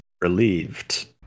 Relieved